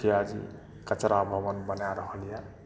मुखिया जी कचरा भवन बनाए रहल यए